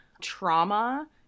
trauma